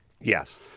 Yes